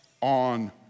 on